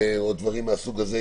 דברים כאלה,